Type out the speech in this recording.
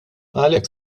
għalhekk